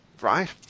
right